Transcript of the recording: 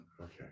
Okay